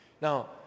Now